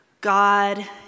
God